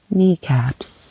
Kneecaps